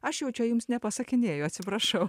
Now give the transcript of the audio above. aš jau čia jums nepasakinėju atsiprašau